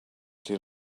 deal